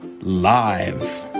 live